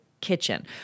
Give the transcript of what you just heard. kitchen